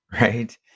right